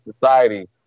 society